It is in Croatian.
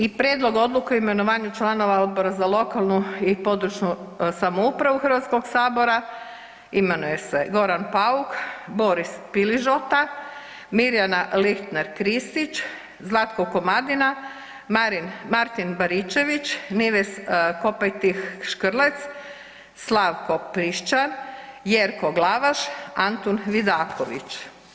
I prijedlog odluke o imenovanju članova Odbora za lokalnu i područnu samoupravu Hrvatskog sabora imenuje se Goran Pauk, Boris Piližota, Mirjana Lihner Kristić, Zlatko Komadina, Martin Baričević, Nives Kopajtih Škrlec, Slavko Prišćan, Jerko Glavaš, Antun Vidaković.